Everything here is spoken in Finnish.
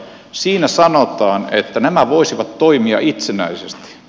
siinä sanotaan että nämä voisivat toimia itsenäisesti